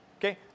Okay